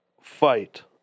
fight